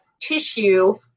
tissue